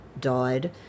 died